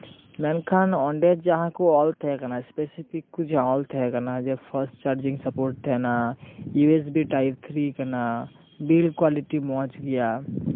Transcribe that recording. ᱢᱮᱱᱠᱷᱟᱱ ᱚᱸᱰᱮ ᱡᱟᱦᱟᱸ ᱠᱚ ᱚᱞ ᱛᱟᱦᱮᱸ ᱠᱟᱱᱟ ᱤᱥᱯᱮᱥᱮᱯᱷᱤᱠ ᱠᱚ ᱡᱟᱦᱟᱸ ᱚᱞ ᱛᱟᱦᱮᱸ ᱠᱟᱱᱟ ᱡᱮ ᱯᱷᱟᱥᱴ ᱪᱟᱨᱡᱤᱝ ᱥᱟᱯᱳᱴ ᱛᱟᱦᱮᱸᱱᱟ U S B type three ᱠᱟᱱᱟ ᱵᱤᱞ ᱠᱳᱣᱟᱞᱤᱴᱤ ᱢᱚᱡᱽ ᱜᱮᱭᱟ